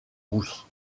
rousse